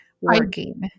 working